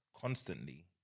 constantly